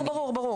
ברור, ברור.